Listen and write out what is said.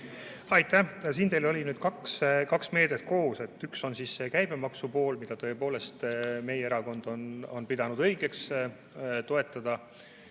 Aitäh! Siin oli teil kaks meedet koos. Üks on käibemaksu pool, mida tõepoolest meie erakond on pidanud õigeks toetada,